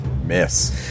miss